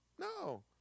No